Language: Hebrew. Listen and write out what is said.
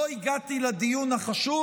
לא הגעתי לדיון החשוב,